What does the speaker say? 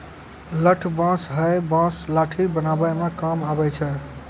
लठ बांस हैय बांस लाठी बनावै म काम आबै छै